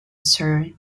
sir